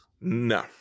No